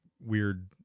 weird